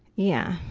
yeah.